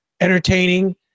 entertaining